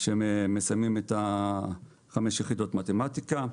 שמסיימים את ה-5 יחידות מתמטיקה.